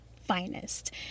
finest